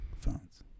Phones